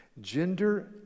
gender